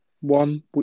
one